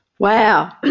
Wow